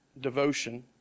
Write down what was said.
devotion